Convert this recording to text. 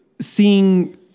seeing